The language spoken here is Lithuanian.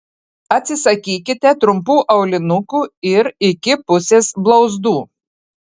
atsisakykite trumpų aulinukų ir iki pusės blauzdų